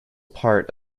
part